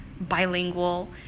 bilingual